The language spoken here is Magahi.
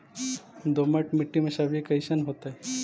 दोमट मट्टी में सब्जी कैसन होतै?